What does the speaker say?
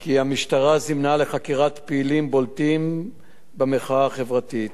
כי המשטרה זימנה לחקירה פעילים בולטים במחאה החברתית.